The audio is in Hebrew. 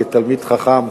כתלמיד חכם,